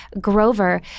Grover